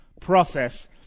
Process